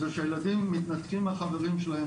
זה שהילדים מתנתקים מהחברים שלהם,